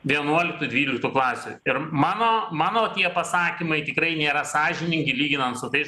vienuoliktų dvyliktų klasių ir mano mano tie pasakymai tikrai nėra sąžiningi lyginant su tais